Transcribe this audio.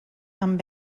amb